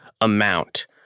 amount